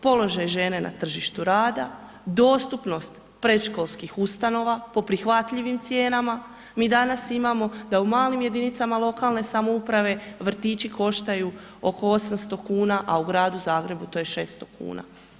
Položaj žene na tržištu rada, dostupnost predškolskih ustanova po prihvatljivim cijenama, mi danas imamo da u malim jedinicama lokalne samouprave vrtići koštaju oko 800 kuna, a u gradu Zagrebu to je 600 kuna.